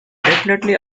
definitely